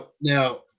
Now